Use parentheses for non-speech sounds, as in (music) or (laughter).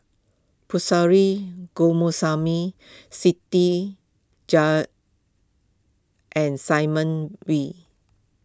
(unintelligible) Siti Jah and Simon Wee